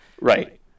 Right